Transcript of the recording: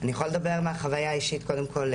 אני יכול לדבר מהחוויה האישית, קודם כל.